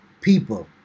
people